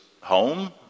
home